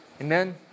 Amen